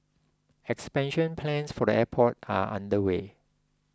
expansion plans for the airport are underway